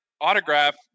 autograph